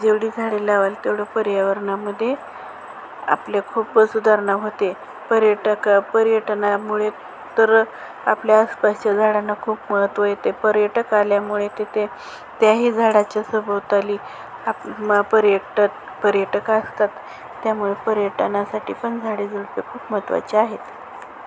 जेवढी झाडे लावाल तेवढं पर्यावरणामध्ये आपल्या खूप सुधारणा होते पर्यटक पर्यटनामुळे तर आपल्या आसपासच्या झाडांना खूप महत्त्व येते पर्यटक आल्यामुळे तिथे त्याही झाडाच्या सभोवताली आप पर्यटक पर्यटक असतात त्यामुळे पर्यटनासाठी पण झाडे झुडपे खूप महत्त्वाची आहेत